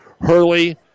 Hurley